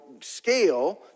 scale